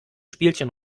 spielchen